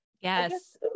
Yes